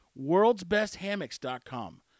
WorldSBestHammocks.com